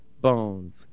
bones